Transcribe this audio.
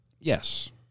Yes